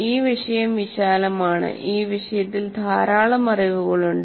ഈ വിഷയം വിശാലമാണ് ഈ വിഷയത്തിൽ ധാരാളം അറിവുകൾ ഉണ്ട്